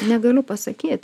negaliu pasakyt